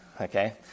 okay